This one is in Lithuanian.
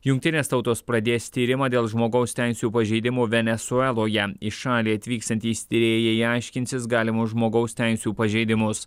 jungtinės tautos pradės tyrimą dėl žmogaus teisių pažeidimų venesueloje į šalį atvyksiantys tyrėjai aiškinsis galimus žmogaus teisių pažeidimus